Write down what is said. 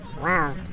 Wow